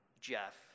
Jeff